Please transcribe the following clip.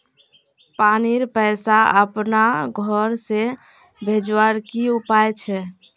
पानीर पैसा अपना घोर से भेजवार की उपाय छे?